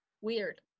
weird